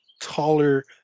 taller